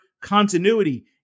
continuity